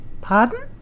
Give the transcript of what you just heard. Pardon